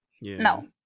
No